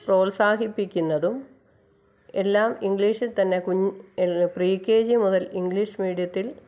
പ്രോത്സാഹിപ്പിക്കുന്നതും എല്ലാം ഇംഗ്ലീഷിൽത്തന്നെ pre K G മുതൽ ഇംഗ്ലീഷ് മീഡിയത്തിൽ